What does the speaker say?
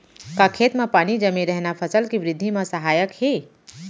का खेत म पानी जमे रहना फसल के वृद्धि म सहायक हे?